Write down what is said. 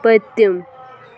پٔتِم